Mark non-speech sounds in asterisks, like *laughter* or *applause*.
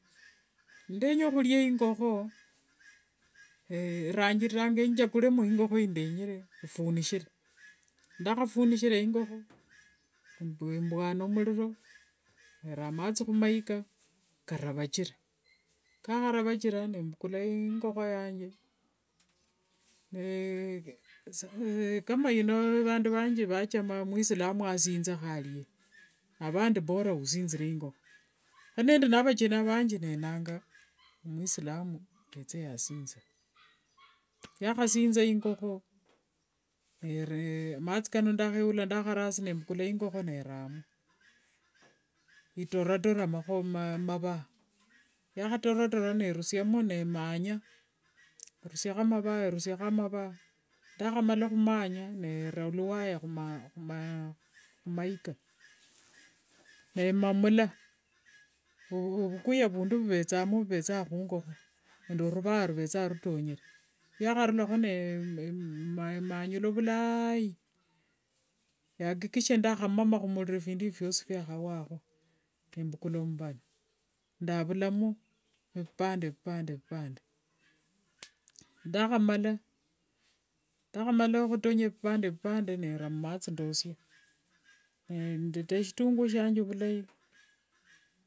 *noise* ndenya khulia ingokho, ranjiriranga njagulemo ingokho yindenyere efunishire. *noise* ndakhafunikhira ingokho embwana muliro, era mathi khumaika, karavachira. Kwakharavachira nembukula ingokho yanje. Ne *hesitation* kama ino vandu vanji vachama khwisilamu asinzekho alie. Avandi bora khusinzire ingokho. Kho ninde na avacheni avanji nenanga mwisilamu yethe asinzire. *noise* yakhasinza ingokho nere mathi kano ndakhayula ndarasa, nembukula ingokho neramo, itoratora makho mava. Niyakhatoratora, nerusiamo nemanya, rusiakho mava, rusiakho mava. Ndakhamala khumanya, nera luwaya khuma *hesitation* khumaika. *noise* nemamula *hesitation* ovukhuya vundu vulio vuvethanga khungokho nende ruva ruvethanga rutongere. ruakharurakho *hesitation* manyula vilai, ndakikishie ndakhamama khumukiro phindu efio phiosi phiakhawakho. Nembukula muvano, ndavulano evipande evipande. *noise* ndakhamala, ndakhamala khutonya vipande, nera umathi ndosia. Nendera shitunguo shiange vulai.